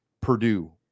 purdue